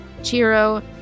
Chiro